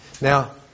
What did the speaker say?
Now